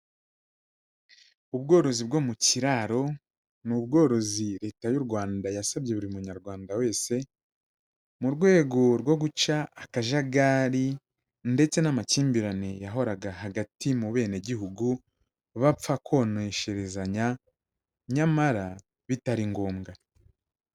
Ubworozi bwo mu kiraro ni ubworozi Leta y'u Rwanda yasabye buri munyarwanda wese, mu rwego rwo guca akajagari ndetse n'amakimbirane yahoraga hagati mu benegihugu bapfa konesherezanya nyamara bitari ngombwa.